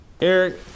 Eric